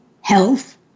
health